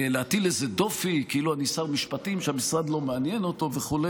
להטיל איזה דופי כאילו אני שר משפטים שהמשרד לא מעניין אותו וכו',